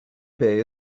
bay